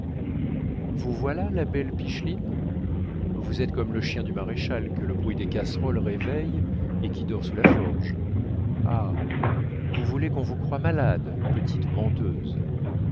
vous voilà la belle picheline vous êtes comme le chien du maréchal que le bruit des casseroles réveille et qui dort sous la forge ah vous voulez qu'on vous croie malade petite menteuse